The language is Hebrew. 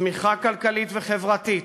צמיחה כלכלית וחברתית,